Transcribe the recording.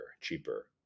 cheaper